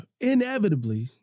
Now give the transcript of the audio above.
Inevitably